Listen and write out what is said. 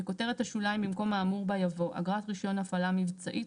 בכותרת השוליים במקום האמורה בה יבוא "אגרת רישיון הפעלה מבצעית,